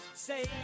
Say